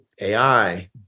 AI